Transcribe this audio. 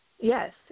Yes